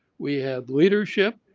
we had leadership,